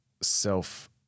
self